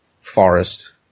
forest